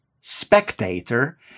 spectator